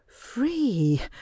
free